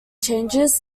changes